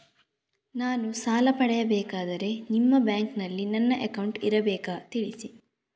ನಾನು ಸಾಲ ಪಡೆಯಬೇಕಾದರೆ ನಿಮ್ಮ ಬ್ಯಾಂಕಿನಲ್ಲಿ ನನ್ನ ಅಕೌಂಟ್ ಇರಬೇಕಾ ತಿಳಿಸಿ?